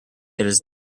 its